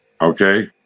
Okay